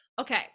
Okay